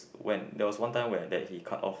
when there was one time where that he cut off